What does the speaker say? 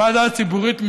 לוועדה ציבורית,